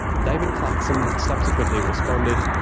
david clarkson subsequently responded,